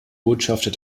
botschafter